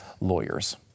lawyers